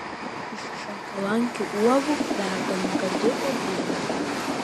iš šaltalankių uogų verdama gardi uogienė